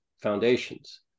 Foundations